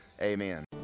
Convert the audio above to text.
Amen